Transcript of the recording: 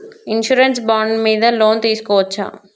Insurance bond మీద loan తీస్కొవచ్చా?